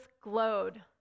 glowed